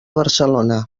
barcelona